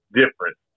different